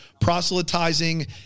proselytizing